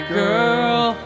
girl